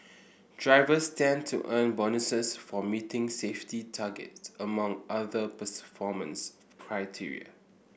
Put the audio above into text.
drivers stand to earn bonuses for meeting safety targets among other criteria